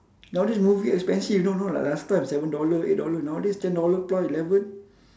nowadays movie expensive you know not like last time seven dollar eight dollar nowadays ten dollars plus eleven